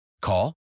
Call